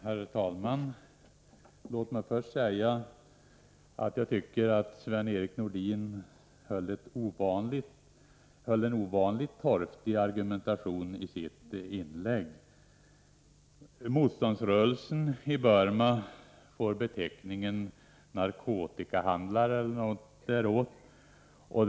Herr talman! Låt mig först säga att jag tycker att Sven-Erik Nordin förde en ovanligt torftig argumentation i sitt inlägg. Motståndsrörelsen i Burma får beteckningen narkotikahandlare eller någonting ditåt.